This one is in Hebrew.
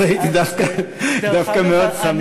אז הייתי דווקא מאוד שמח.